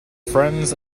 friends